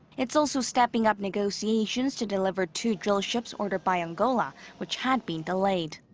it's also stepping up negotiations to deliver two drill ships ordered by angola which had been delayed.